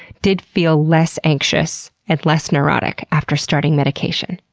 did feel less anxious and less neurotic after starting medication.